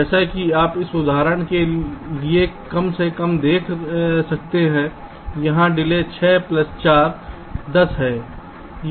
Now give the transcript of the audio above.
जैसा कि आप इस उदाहरण के लिए कम से कम देख सकते हैं यहां डिले 6 प्लस 4 10 है